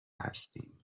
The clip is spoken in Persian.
هستیم